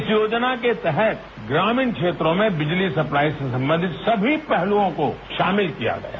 इस योजना के तहत ग्रामीण क्षेत्रों में बिजली सप्लाई से संबंधित सभी पहलुओं को शामिल किया गया है